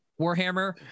Warhammer